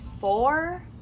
four